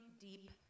deep